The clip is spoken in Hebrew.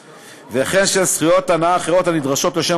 וכן של זכויות הנאה אחרות הנדרשות לשם